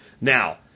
now